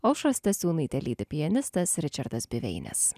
aušrą stasiūnaitę lydi pianistas ričardas biveinis